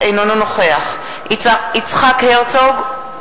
אינו נוכח יצחק הרצוג,